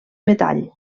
metall